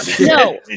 no